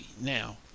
Now